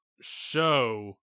show